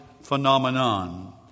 phenomenon